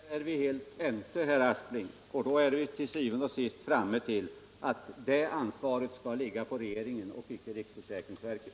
Herr talman! Där är vi helt ense, herr Aspling. Och då är vi til syvende og sidst framme vid att det ansvaret skall ligga på regeringen och icke på riksförsäkringsverket.